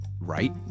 right